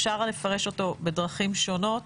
אפשר לפרש אותו בדרכים שונות.